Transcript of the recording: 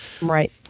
Right